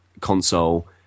console